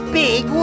big